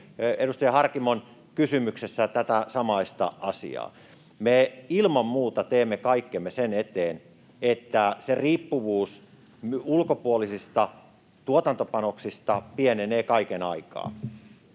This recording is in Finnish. edustaja Harkimon kysymyksessä. Me ilman muuta teemme kaikkemme sen eteen, että riippuvuus ulkopuolisista tuotantopanoksista pienenee kaiken aikaa.